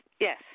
Yes